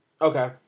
Okay